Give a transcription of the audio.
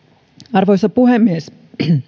arvoisa puhemies